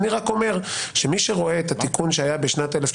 אני רק אומר שמי שרואה את התיקון שהיה בשנת 1994